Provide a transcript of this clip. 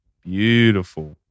Beautiful